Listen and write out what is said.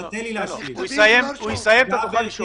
הוא יסיים ואתה תוכל לשאול.